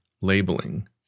labeling